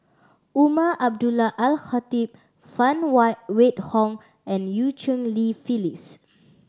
Umar Abdullah Al Khatib Phan Wait Hong and Eu Cheng Li Phyllis